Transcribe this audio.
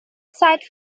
zeit